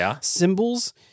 symbols